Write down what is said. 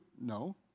No